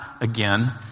again